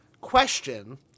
Question